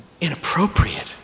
inappropriate